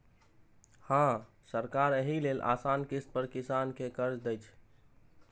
हां, सरकार एहि लेल आसान किस्त पर किसान कें कर्ज दै छै